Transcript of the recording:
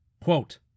Quote